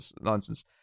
nonsense